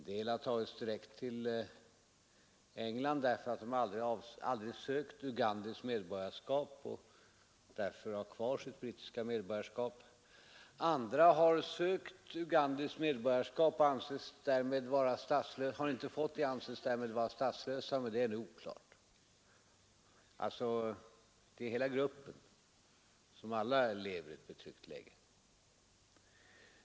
En del har tagits direkt till England, eftersom de aldrig sökt ugandiskt medborgarskap och därför har kvar sitt brittiska medborgarskap. Andra har sökt ugandiskt medborgarskap men har inte fått det och anses därmed vara statslösa, men detta är å hela gruppen som lever i ett betryckt läge.